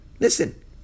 Listen